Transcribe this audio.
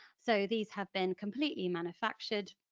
so these have been completely manufactured